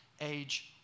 age